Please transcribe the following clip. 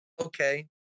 Okay